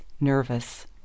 nervous